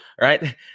right